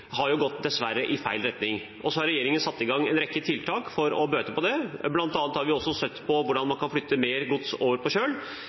dessverre gått i feil retning. Så har regjeringen satt i gang en rekke tiltak for å bøte på det, bl.a. har vi sett på hvordan man kan flytte mer gods over på